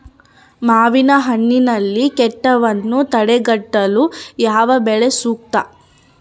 ಮಾವಿನಹಣ್ಣಿನಲ್ಲಿ ಕೇಟವನ್ನು ತಡೆಗಟ್ಟಲು ಯಾವ ಬಲೆ ಸೂಕ್ತ?